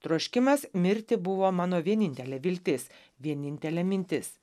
troškimas mirti buvo mano vienintelė viltis vienintelė mintis